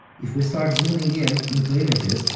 if we start zooming in into images,